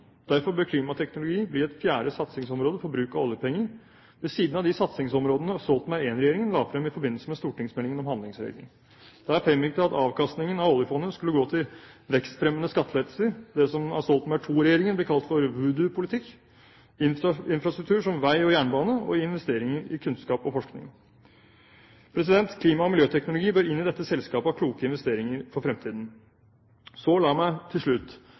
Derfor bør klimateknologi bli et fjerde satsingsområde for bruk av oljepenger, ved siden av de satsingsområdene Stoltenberg I-regjeringen la frem i forbindelse med stortingsmeldingen om handlingsregelen. Der fremgikk det at avkastningen av oljefondet skulle gå til vekstfremmende skattelettelser – det som av Stoltenberg II-regjeringen blir kalt for voodoo-politikk – infrastruktur som vei og jernbane og investeringer i kunnskap og forskning. Klima- og miljøteknologi bør inn i dette selskapet av kloke investeringer for fremtiden. La meg til slutt